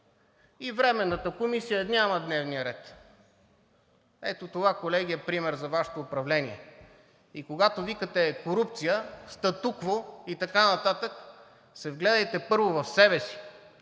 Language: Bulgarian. и Временната комисия я няма в дневния ред. Ето това, колеги, е пример за Вашето управление. И когато викате „корупция, статукво“ и така нататък, се вгледайте първо в себе си,